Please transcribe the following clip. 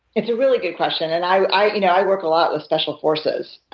it's a really good question. and i you know i work a lot with special forces